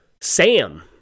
Sam